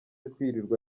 kwirirwa